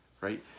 right